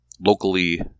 locally